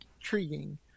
intriguing